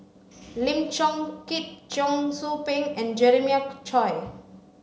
Lim Chong Keat Cheong Soo Pieng and Jeremiah Choy